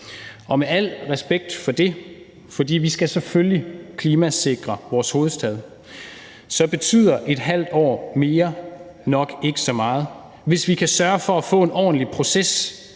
Og med al respekt for det – for vi skal selvfølgelig klimasikre vores hovedstad – så betyder et halvt år mere nok ikke så meget, hvis vi kan sørge for at få en ordentlig proces